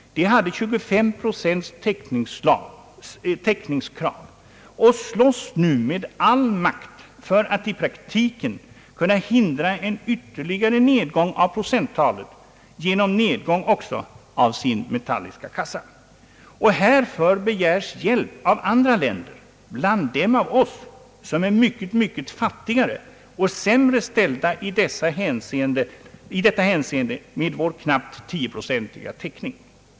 De hade 25 procents täckningskrav och slåss nu med all makt för att i praktiken kunna hindra en ytterligare nedgång av procent talet genom nedgång också av sin metalliska kassa. Härför begärs hjälp av andra länder, däribland av oss som är mycket, mycket fattigare och sämre ställda i detta hänseende med vår knappt 10-procentiga täckning.